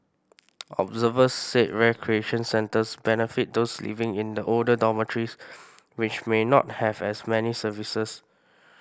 observers said recreation centres benefit those living in the older dormitories which may not have as many services